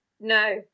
No